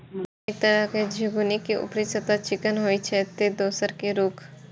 एक तरह झिंगुनी के ऊपरी सतह चिक्कन होइ छै, ते दोसर के रूख